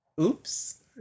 oops